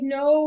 no